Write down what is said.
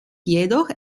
jedoch